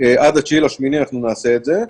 עד ה-9.8 אנחנו נעשה את זה.